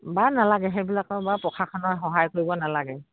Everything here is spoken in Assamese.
বাৰু নালাগে সেইবিলাকৰ বাৰু প্ৰশাসনে সহায় কৰিব নালাগে